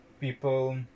people